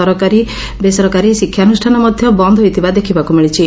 ସରକାରୀ ବେସରକାରୀ ଶିକ୍ଷାନୁଷ୍ଠାନ ବନ୍ଦ ହୋଇଥିବା ଦେଖିବାକୁ ମିଳିଛି